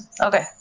Okay